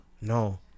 No